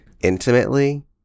intimately